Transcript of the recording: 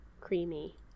creamy